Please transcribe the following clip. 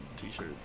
t-shirt